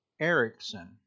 Erickson